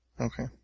Okay